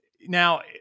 Now